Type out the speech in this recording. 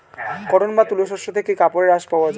cotton বা তুলো শস্য থেকে কাপড়ের আঁশ পাওয়া যায়